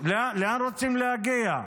לאן רוצים להגיע?